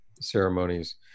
ceremonies